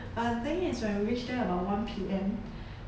but the thing is when we reached there about one P_M